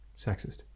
Sexist